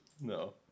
No